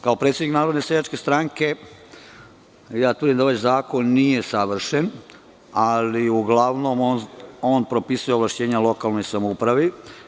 Kao predsednik Narodne seljačke stranke, tvrdim da ovaj zakon nije savršen, ali uglavnom, on propisuje ovlašćenja lokalnoj samoupravi.